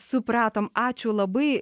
supratom ačiū labai